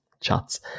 chats